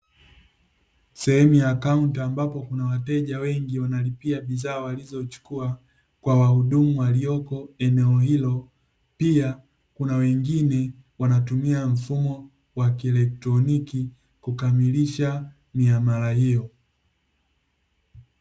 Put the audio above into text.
Sehemu ya akaunti ambapo kuna wateja wengi wanalipia bidhaa walizochukua kwa wahudumu waliopo eneo hilo, pia kuna wengine wanatumia mfumo wa kielektroniki kukamilisha miamala hiyo.